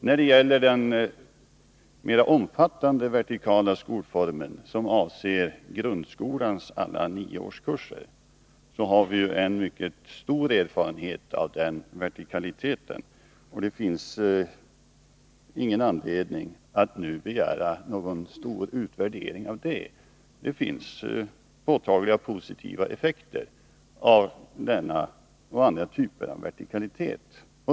När det gäller den mera omfattande vertikala skolformen, som avser grundskolans alla nio årskurser, har vi en mycket stor erfarenhet av den vertikaliteten, och det finns därför ingen anledning att nu begära någon stor utvärdering av den. Det finns påtagliga positiva effekter av denna och andra typer av vertikalitet.